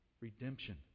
Redemption